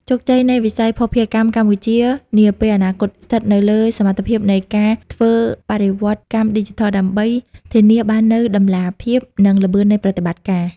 ជោគជ័យនៃវិស័យភស្តុភារកម្មកម្ពុជានាពេលអនាគត ស្ថិតនៅលើសមត្ថភាពនៃការធ្វើបរិវត្តកម្មឌីជីថល ដើម្បីធានាបាននូវតម្លាភាព និងល្បឿននៃប្រតិបត្តិការ។